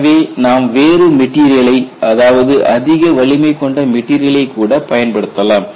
எனவே நாம் வேறு மெட்டீரியலை அதாவது அதிக வலிமை கொண்ட மெட்டீரியலைக் கூட பயன்படுத்தலாம்